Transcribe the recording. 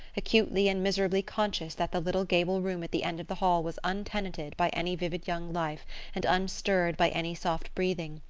acutely and miserably conscious that the little gable room at the end of the hall was untenanted by any vivid young life and unstirred by any soft breathing,